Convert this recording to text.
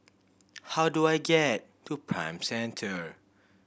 how do I get to Prime Centre